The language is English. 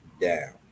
down